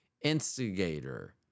instigator